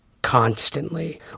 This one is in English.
constantly